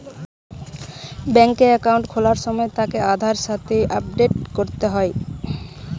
বেংকে একাউন্ট খোলার সময় তাকে আধারের সাথে আপডেট করতে হয়